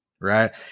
Right